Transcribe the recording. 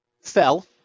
fell